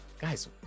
guys